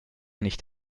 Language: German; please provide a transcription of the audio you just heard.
nicht